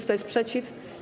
Kto jest przeciw?